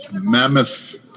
Mammoth